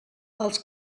els